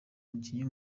umukinnyi